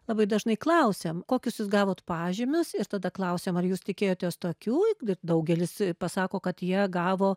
labai dažnai klausiam kokius jūs gavot pažymius ir tada klausiam ar jūs tikėjotės tokių daugelis pasako kad jie gavo